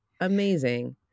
amazing